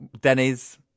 Denny's